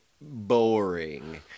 boring